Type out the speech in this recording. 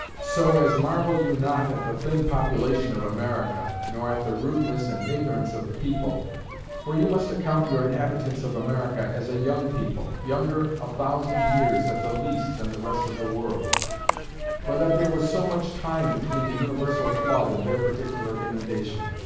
so as marvel you not at the thin population of america, nor at the rudeness and ignorance of the people for you must account your inhabitants of america as a young people younger a thousand years, at the least, than the rest of the world for that there was so much time between the universal flood and their particular inundation.